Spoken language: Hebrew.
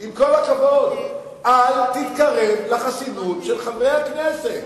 עם כל הכבוד, אל תתקרב לחסינות של חברי הכנסת.